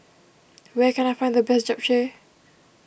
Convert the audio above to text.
where can I find the best Japchae